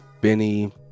Benny